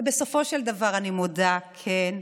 ובסופו של דבר, אני מודה, כן,